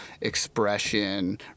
expression